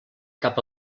cap